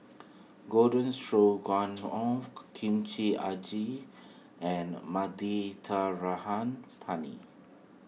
Garden Stroganoff Kimchi Agi and Penne